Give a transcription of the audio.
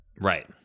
right